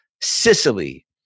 Sicily